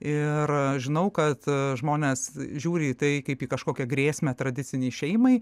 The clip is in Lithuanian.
ir žinau kad žmonės žiūri į tai kaip į kažkokią grėsmę tradicinei šeimai